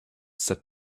said